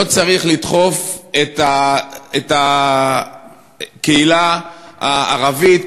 לא צריך לדחוף את הקהילה הערבית,